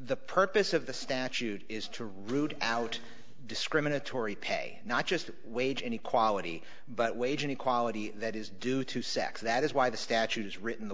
the purpose of the statute is to root out discriminatory pay not just wage inequality but wage inequality that is due to sex that is why the statute is written the